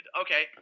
Okay